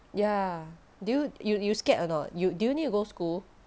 ya do you you you scared or not you do you need to go school